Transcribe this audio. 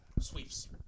Sweeps